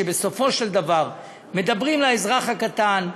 שבסופו של דבר מדברים לאזרח הקטן,